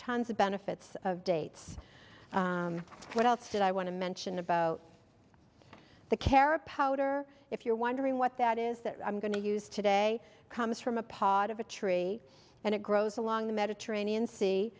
tons of benefits of dates what else did i want to mention about the cara powder if you're wondering what that is that i'm going to use today comes from a pot of a tree and it grows along the mediterranean se